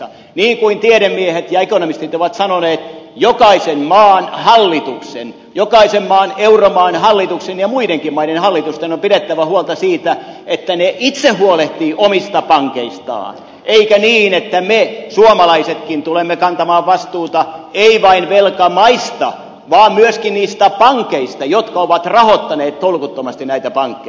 niin kuin tiedemiehet ja ekonomistit ovat sanoneet jokaisen maan hallituksen jokaisen euromaan hallituksen ja muidenkin maiden hallitusten on pidettävä huolta siitä että se itse huolehtii omista pankeistaan eikä niin että me suomalaisetkin tulemme kantamaan vastuuta emme vain velkamaista vaan myöskin niistä pankeista jotka ovat rahoittaneet tolkuttomasti näitä pankkeja